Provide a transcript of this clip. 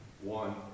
One